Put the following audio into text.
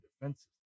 defenses